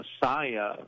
Messiah